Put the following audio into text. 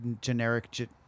generic